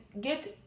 get